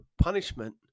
punishment